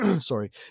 sorry